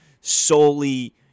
solely